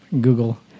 Google